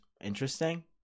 interesting